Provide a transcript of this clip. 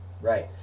Right